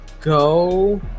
go